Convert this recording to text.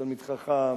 תלמיד חכם,